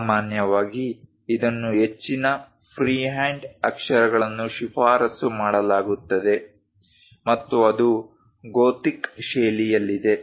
ಸಾಮಾನ್ಯವಾಗಿ ಇದನ್ನು ಹೆಚ್ಚಿನ ಫ್ರೀಹ್ಯಾಂಡ್ ಅಕ್ಷರಗಳನ್ನು ಶಿಫಾರಸು ಮಾಡಲಾಗುತ್ತದೆ ಮತ್ತು ಅದು ಗೋಥಿಕ್ ಶೈಲಿಯಲ್ಲಿದೆ